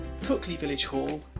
cookleyvillagehall